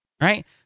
right